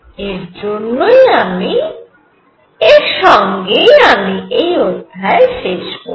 এর সঙ্গেই আমি এই অধ্যায় শেষ করব